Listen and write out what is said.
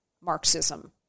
Marxism